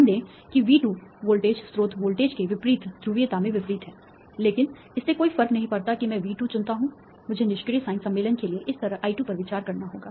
ध्यान दें कि V2 वोल्टेज स्रोत वोल्टेज के विपरीत ध्रुवीयता में विपरीत है लेकिन इससे कोई फर्क नहीं पड़ता कि मैं V2 चुनता हूं मुझे निष्क्रिय साइन सम्मेलन के लिए इस तरह I2 पर विचार करना होगा